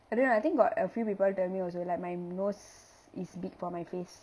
but then I think got a few people tell me also like my nose is big for my face